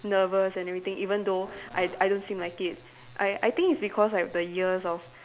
nervous and everything even though I I don't seem like it I I think it's because I have the years of